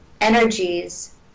energies